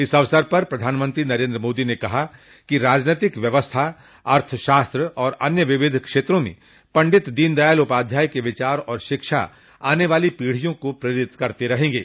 इस अवसर पर प्रधानमंत्री नरेन्द्र मोदी ने कहा कि राजनीतिक व्यवस्था अर्थशास्त्र और अन्य विविध क्षेत्रों में पंडित दीनदयाल उपाध्याय के विचार और शिक्षा आने वाली पीढियों को प्रेरित करते रहेंगे